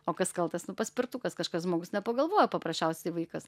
o kas kaltas nu paspirtukas kažkas žmogus nepagalvojo paprasčiausiai vaikas